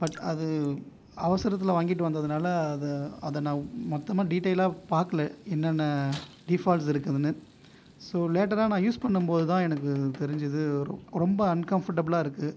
but அது அவசரத்தில் வாங்கிட்டு வந்ததுனால் அதை அதை நான் மொத்தமாக டீடெயில்லாக பார்க்கல என்னென்னால் டிஃபால்ஸ் இருக்குதுனு ஸோ லேட்டராக நான் யூஸ் பண்ணும் போது தான் எனக்கு தெரிஞ்சுது ரொம்ப அன்கம்பர்டபிள்ளாக இருக்குது